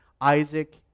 Isaac